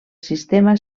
sistema